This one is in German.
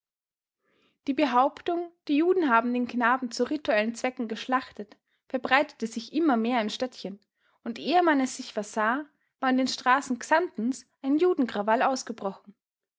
die behauptung die juden haben den knaben zu rituellen zwecken geschlachtet verbreitete sich immer mehr im städtchen und ehe man es sich versah war in den straßen xantens ein judenkrawall ausgebrochen